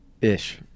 Ish